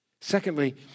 Secondly